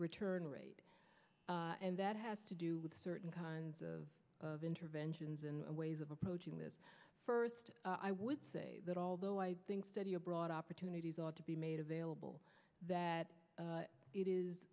return rate and that has to do with certain kinds of interventions and ways of approaching this first i would say that although i think study abroad opportunities ought to be made available that